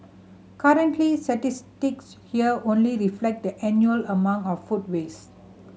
currently statistics here only reflect the annual amount of food waste